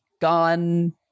gone